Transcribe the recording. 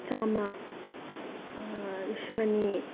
ꯆꯥꯝꯃ ꯂꯤꯁꯤꯡ ꯑꯅꯤ